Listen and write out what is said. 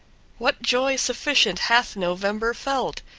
what joy sufficient hath november felt?